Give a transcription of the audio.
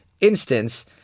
instance